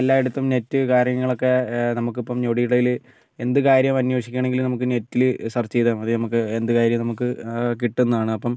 എല്ലായിടത്തും നെറ്റ് കാര്യങ്ങളൊക്കെ നമുക്ക് ഇപ്പം ഞൊടിയിടയില് എന്ത് കാര്യം അനേഷിക്കണമെങ്കിലും നമുക്ക് നെറ്റില് സെർച്ച് ചെയ്താൽ മതി നമുക്ക് എന്ത് കാര്യം നമുക്ക് കിട്ടുന്നതാണ് അപ്പം